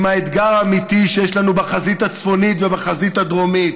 עם האתגר האמיתי שיש לנו בחזית הצפונית ובחזית הדרומית,